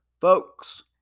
folks